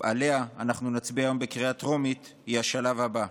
שעליה אנחנו נצביע בקריאה הטרומית היא השלב הבא.